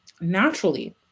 naturally